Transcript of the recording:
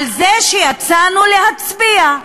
על זה שיצאנו להצביע?